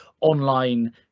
online